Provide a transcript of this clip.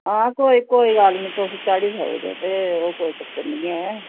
हां कोई कोई गल्ल नेईं तुस चाढ़ी सकदे ते ओह् कोई चक्कर नेईं ऐ